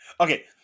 Okay